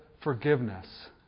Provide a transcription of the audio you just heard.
forgiveness